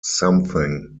something